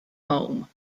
home